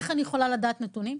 איך אני יכולה לדעת נתונים?